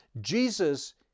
Jesus